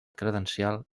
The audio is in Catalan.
credencial